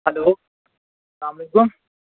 hello اسَلام علیکُم